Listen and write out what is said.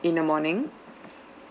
in the morning